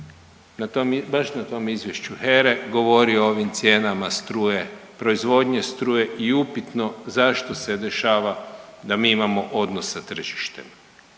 baš na tom izvješću HERE govorio o ovim cijenama struje, proizvodnje struje i upitno zašto se dešava da mi imamo odnos sa tržištem.